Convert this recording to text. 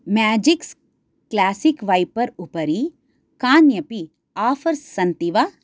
magics classic वैपर् उपरि कान्यपि आफर्स् सन्ति वा